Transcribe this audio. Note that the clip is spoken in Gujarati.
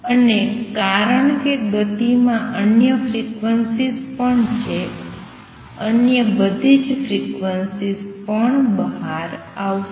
અને કારણ કે ગતિમાં અન્ય ફ્રીક્વન્સીઝ પણ છે અન્ય બધી ફ્રીક્વન્સીઝ પણ બહાર આવશે